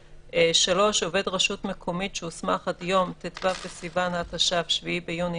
(3) עובד רשות מקומית שהוסמך עד יום ט"ו בסיוון התש"ף (7 ביוני